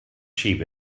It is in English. sheep